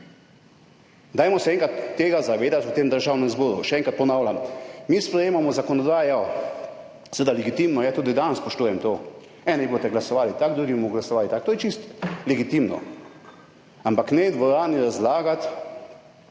Dajmo se enkrat tega zavedati v tem Državnem zboru. Še enkrat ponavljam, mi sprejemamo zakonodajo, seveda, legitimno je, tudi danes, spoštujem to, eni boste glasovali tako, drugi bomo glasovali tako, to je čisto legitimno, ampak ne v dvorani in